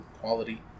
Quality